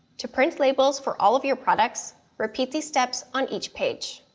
to print labels for all of your products, repeat these steps on each page,